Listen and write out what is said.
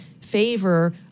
favor